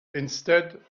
instead